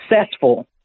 successful